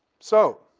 so.